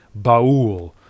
Ba'ul